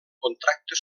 contracte